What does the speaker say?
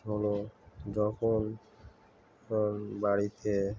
হলো যখন অন বাড়িতে